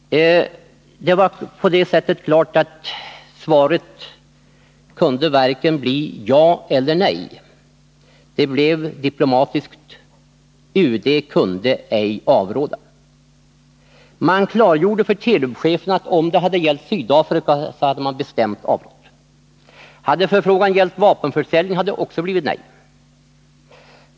Det var på ett sätt klart att svaret varken kunde bli ja eller nej. Det blev diplomatiskt: UD kunde ej avråda. Man klargjorde för Telub-chefen att om det hade gällt Sydafrika, så hade man bestämt avrått. Hade förfrågan gällt vapenförsäljning, hade det också blivit nej.